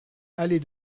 allée